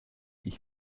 ich